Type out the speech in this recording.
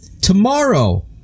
Tomorrow